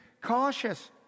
cautious